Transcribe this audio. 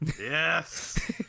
Yes